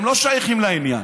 הם לא שייכים לעניין.